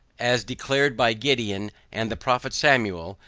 as declared by gideon and the prophet samuel,